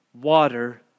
water